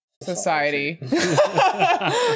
society